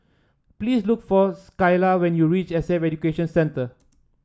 please look for Skyla when you reach S A Education Centre